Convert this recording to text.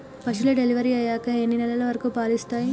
పశువులు డెలివరీ అయ్యాక ఎన్ని నెలల వరకు పాలు ఇస్తాయి?